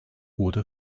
wurde